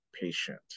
patient